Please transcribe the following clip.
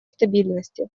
стабильности